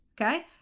okay